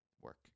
work